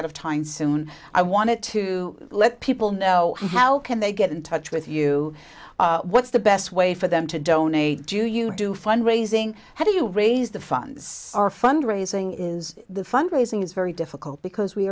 out of time soon i wanted to let people know how can they get in touch with you what's the best way for them to donate to you do fund raising how do you raise the funds are fund raising is the fund raising is very difficult because we